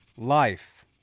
life